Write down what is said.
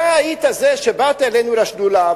אתה היית זה שבאת אלינו לשדולה,